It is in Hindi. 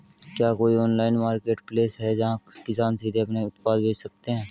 क्या कोई ऑनलाइन मार्केटप्लेस है जहां किसान सीधे अपने उत्पाद बेच सकते हैं?